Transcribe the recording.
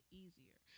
easier